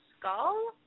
skull